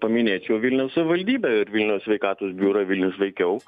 paminėčiau vilniaus savivaldybę ir vilniaus sveikatos biurą vilnius sveikiau